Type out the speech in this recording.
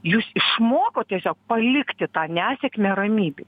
jūs išmokot tiesiog palikti tą nesėkmę ramybėj